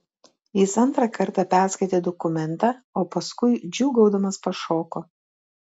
jis antrą kartą perskaitė dokumentą o paskui džiūgaudamas pašoko